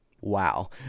Wow